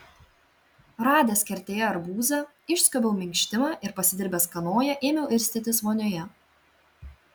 radęs kertėje arbūzą išskobiau minkštimą ir pasidirbęs kanoją ėmiau irstytis vonioje